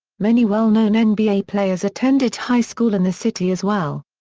many well-known and nba players attended high school in the city as well.